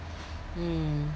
mm